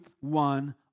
one